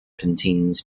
contains